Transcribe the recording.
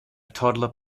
toddler